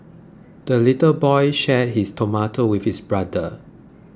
the little boy shared his tomato with his brother